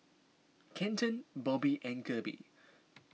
Kenton Bobbie and Kirby